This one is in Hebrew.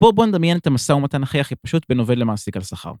בוא בוא נדמיין את המשא ומתן הכי הכי פשוט בין עובד למעסיק על שכר.